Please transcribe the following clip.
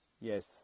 Yes